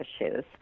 issues